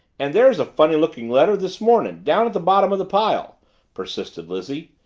and there's a funny-lookin' letter this mornin', down at the bottom of the pile persisted lizzie.